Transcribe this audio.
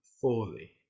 fully